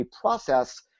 process